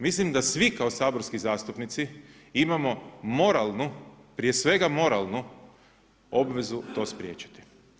Mislim da svi kao saborski zastupnici imamo moralnu, prije svega moralnu obvezu to spriječiti.